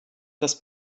das